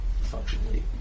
Functionally